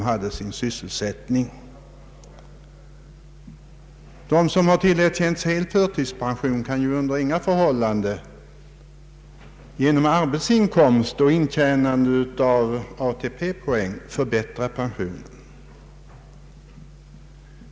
De som har tillerkänts hel förtidspension kan ju under inga förhållanden genom arbetsinkomst och intjänande av ATP poäng förbättra pensionen.